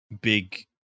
big